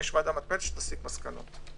יש ועדה מתמדת שתסיק מסקנות.